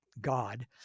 God